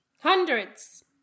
Hundreds